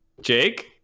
Jake